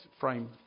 frame